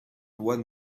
one